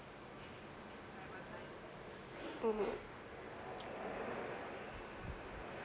mmhmm